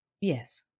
Yes